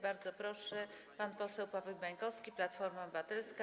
Bardzo proszę, pan poseł Paweł Bańkowski, Platforma Obywatelska.